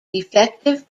effective